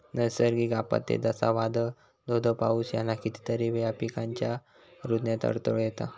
नैसर्गिक आपत्ते, जसा वादाळ, धो धो पाऊस ह्याना कितीतरी वेळा पिकांच्या रूजण्यात अडथळो येता